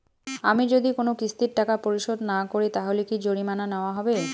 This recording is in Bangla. আমি যদি কোন কিস্তির টাকা পরিশোধ না করি তাহলে কি জরিমানা নেওয়া হবে?